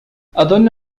أظن